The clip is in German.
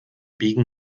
biegen